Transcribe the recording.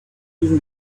even